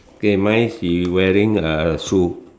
okay mine she wearing a shoe